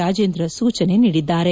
ರಾಜೇಂದ್ರ ಸೂಚನೆ ನೀಡಿದ್ದಾರೆ